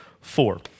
four